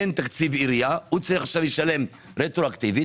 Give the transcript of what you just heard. אין תקציב עירייה, הוא צריך לשלם רטרואקטבית.